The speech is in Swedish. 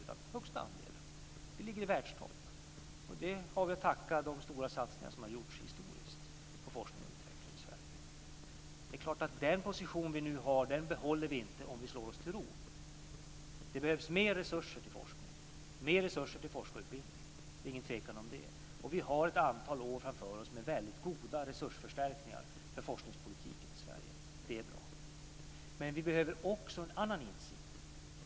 Vi har den högsta andelen. Vi ligger i världstopp. Och det har vi att tacka de stora satsningar för som har gjorts historiskt på forskning och utveckling i Det är klart att den position vi nu har behåller vi inte om vi slår oss till ro. Det behövs mer resurser till forskning, mer resurser till forskarutbildning. Det är ingen tvekan om det. Vi har ett antal år framför oss med väldigt goda resursförstärkningar för forskningspolitiken i Sverige. Det är bra. Men vi behöver också en annan insikt.